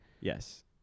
Yes